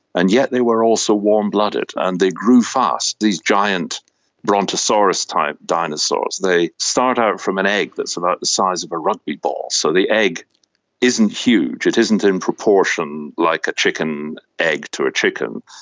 and yet they were also warm blooded, and they grew fast. these giant brontosaurus-type dinosaurs, they start out from an egg that's about the size of a rugby ball, so the egg isn't huge, it isn't in proportion like a chicken egg to a chicken.